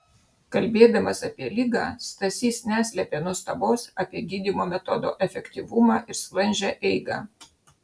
kalbėdamas apie ligą stasys neslėpė nuostabos apie gydymo metodo efektyvumą ir sklandžią eigą